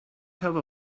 have